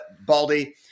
Baldy